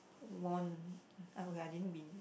won okay I didn't win